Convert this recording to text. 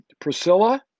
Priscilla